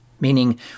meaning